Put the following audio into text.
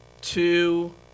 two